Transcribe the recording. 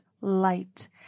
light